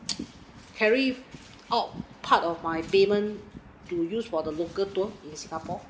carry out part of my payment to use for the local tour in singapore